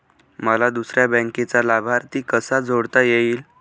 मला दुसऱ्या बँकेचा लाभार्थी कसा जोडता येईल?